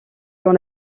dans